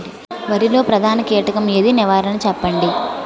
వరిలో ప్రధాన కీటకం ఏది? నివారణ చెప్పండి?